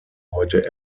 heute